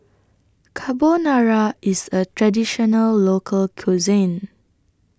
Carbonara IS A Traditional Local Cuisine